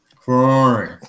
Ferrari